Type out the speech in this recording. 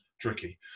tricky